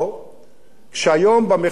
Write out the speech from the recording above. שהיום במחאה החברתית